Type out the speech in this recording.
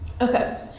Okay